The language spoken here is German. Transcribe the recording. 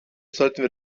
sollten